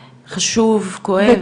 זה חשוב מאוד, וכואב.